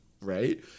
right